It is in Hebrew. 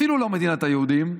אפילו לא מדינת היהודים,